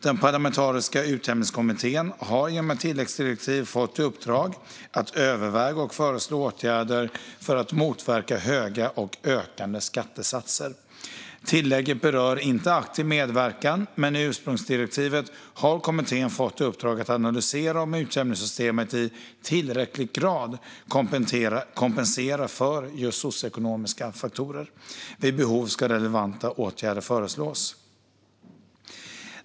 Den parlamentariska Utjämningskommittén har genom ett tilläggsdirektiv fått i uppdrag att överväga och föreslå åtgärder för att motverka höga och ökande skattesatser. Tillägget berör inte aktiv medverkan, men i ursprungsdirektivet har kommittén fått uppdraget att analysera om utjämningssystemet i tillräcklig grad kompenserar för just socioekonomiska faktorer. Vid behov ska relevanta åtgärder föreslås.